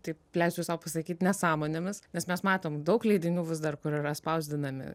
taip leisiu sau pasakyt nesąmonėmis nes mes matom daug leidinių vis dar kur yra spausdinami